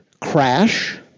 crash